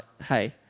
hey